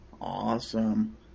Awesome